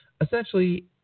essentially